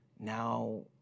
now